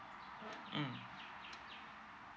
mm